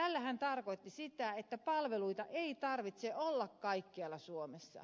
tällä hän tarkoitti sitä että palveluita ei tarvitse olla kaikkialla suomessa